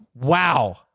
Wow